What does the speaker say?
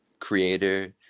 creator